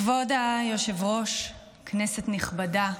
כבוד היושב-ראש, כנסת נכבדה,